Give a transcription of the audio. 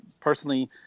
personally